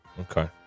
Okay